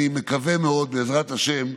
אני מקווה מאוד, בעזרת השם,